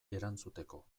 erantzuteko